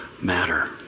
matter